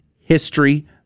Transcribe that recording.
history